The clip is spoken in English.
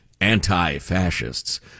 anti-fascists